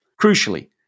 Crucially